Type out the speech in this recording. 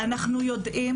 אנחנו יודעים